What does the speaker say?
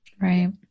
Right